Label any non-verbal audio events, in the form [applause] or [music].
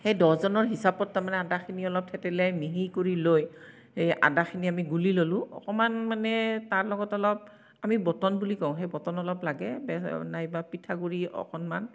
সেই দহজনৰ হিচাপত তাৰমানে আদাখিনি অলপ থেতেলিয়াই মিহি কৰি লৈ এই আদাখিনি আমি গুলি ল'লো অকমান মানে তাৰ লগত অলপ আমি বটন বুলি কওঁ সেই বটন অলপ লাগে [unintelligible] নাইবা পিঠাগুৰি অকণমান